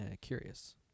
curious